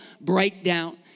breakdown